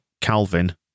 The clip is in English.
Calvin